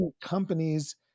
companies